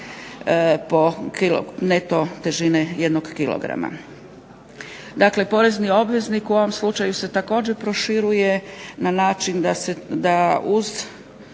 neto težine jednog kilograma. Dakle, porezni obveznik u ovom slučaju se također proširuje na način da uz